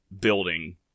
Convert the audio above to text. building